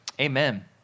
amen